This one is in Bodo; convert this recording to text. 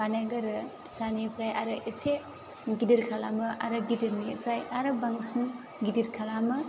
बानायग्रोयो फिसानिफ्राय आरो एसे गिदिर खालामो आरो गिदिरनिफ्राय आरो बांसिन गिदिर खालामो